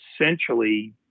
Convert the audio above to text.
essentially